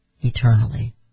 eternally